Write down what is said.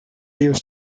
used